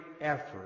effort